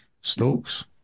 Stokes